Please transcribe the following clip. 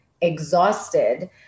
exhausted